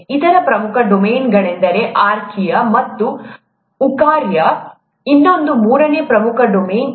ಇತರ ಪ್ರಮುಖ ಡೊಮೇನ್ಗಳೆಂದರೆ ಆರ್ಕಿಯಾ ಮತ್ತು ಯುಕಾರ್ಯ ಇನ್ನೊಂದು ಮೂರನೇ ಪ್ರಮುಖ ಡೊಮೇನ್